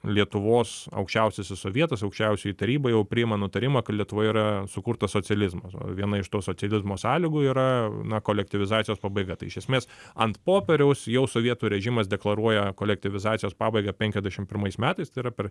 lietuvos aukščiausiasis sovietas aukščiausioji taryba jau priima nutarimą kad lietuvoje yra sukurtas socializmas o viena iš to socializmo sąlygų yra kolektyvizacijos pabaiga tai iš esmės ant popieriaus jau sovietų režimas deklaruoja kolektyvizacijos pabaigą penkiasdešim pirmais metais tai yra per